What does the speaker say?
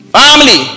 family